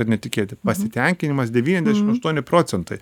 ar netikėti pasitenkinimas devyniasdešim aštuoni procentai